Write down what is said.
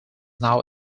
now